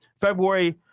February